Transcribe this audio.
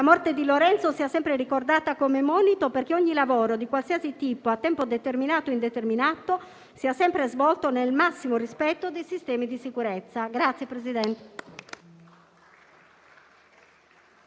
morte di Lorenzo sia sempre ricordata come monito perché ogni lavoro, di qualsiasi tipo, a tempo determinato o indeterminato, sia sempre svolto nel massimo rispetto dei sistemi di sicurezza.